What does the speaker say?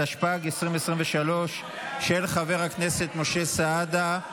התשפ"ג 2023, של חבר הכנסת משה סעדה.